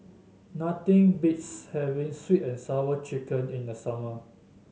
nothing beats having sweet and Sour Chicken in the summer